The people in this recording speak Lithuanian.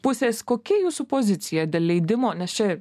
pusės kokia jūsų pozicija dėl leidimo nes čia